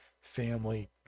family